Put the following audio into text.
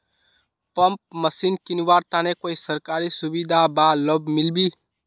Pump machine किनवार तने कोई सरकारी सुविधा बा लव मिल्बी?